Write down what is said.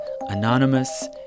Anonymous